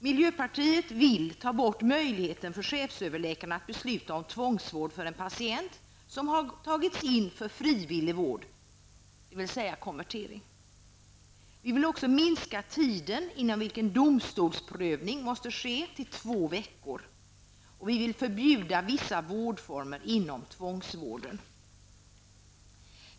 Miljöpartiet vill ta bort möjligheten för chefsöverläkaren att besluta om tvångsvård av en patient som har tagits in för frivillig vård, dvs. konvertering. Vi vill också minska tiden inom vilken domstolsprövning måste ske till två veckor. Vi vill förbjuda vissa vårdformer inom tvångsvården.